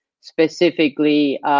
specifically